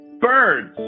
Birds